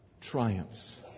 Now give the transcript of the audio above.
triumphs